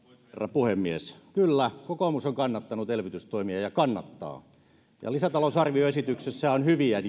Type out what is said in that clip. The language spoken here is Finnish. puhemies kyllä kokoomus on kannattanut ja kannattaa elvytystoimia ja lisätalousarvioesityksessä on hyviä